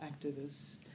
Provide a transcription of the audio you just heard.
activists